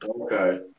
Okay